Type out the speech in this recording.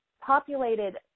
populated